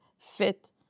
fit